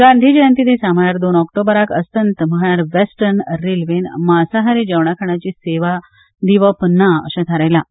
गांधी जयंती दिसा म्हळ्यार दोन ऑक्टोबराक अस्तंत म्हळ्यार वेस्टन रेल्वेन मांसाहारी खाणाजेवणाची सेवा दिवप ना अशें थारायलां